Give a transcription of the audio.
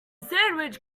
sandwich